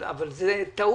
אבל זו תקלה